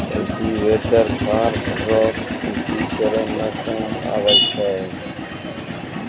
cultivator फार रो कृषि करै मे काम आबै छै